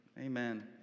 Amen